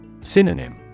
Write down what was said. Synonym